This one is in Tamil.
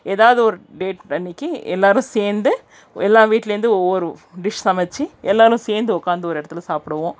எதாவது ஒரு டேட் அன்றைக்கி எல்லோரும் சேர்ந்து எல்லா வீட்லேந்தும் ஒவ்வொரு டிஷ் சமச்சு எல்லோரும் சேர்ந்து உட்காந்து ஒரு இடத்துல சாப்பிடுவோம்